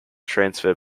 transfer